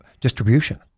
distribution